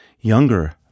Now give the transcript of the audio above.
younger